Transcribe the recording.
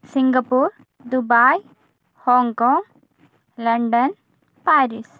Singapore Dubai Hong Kong London Paris